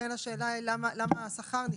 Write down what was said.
לכן השאלה היא למה השכר מושפע?